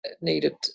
needed